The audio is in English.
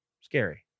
scary